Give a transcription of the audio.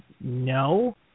No